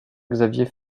xavier